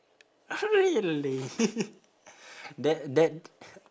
ah really that that